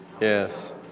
Yes